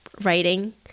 writing